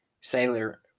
Sailor